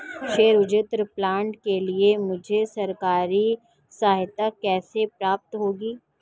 सौर ऊर्जा प्लांट के लिए मुझे सरकारी सहायता कैसे प्राप्त होगी?